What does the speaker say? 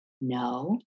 no